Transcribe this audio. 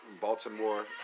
Baltimore